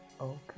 Okay